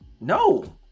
no